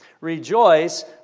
Rejoice